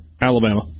Alabama